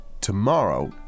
Tomorrow